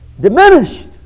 diminished